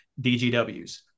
dgws